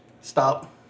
Stop